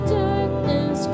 darkness